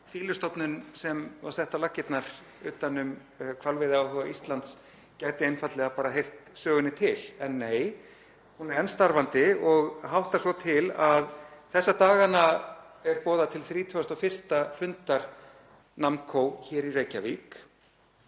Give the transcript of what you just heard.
fýlustofnun sem var sett á laggirnar utan um hvalveiðiáhuga Íslands gæti einfaldlega bara heyrt sögunni til. En nei, hún er enn starfandi og háttar svo til að þessa dagana er boðað til 31. fundar NAMMCO hér í Reykjavík.